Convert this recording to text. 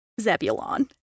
zebulon